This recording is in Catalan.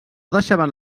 deixaven